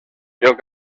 joc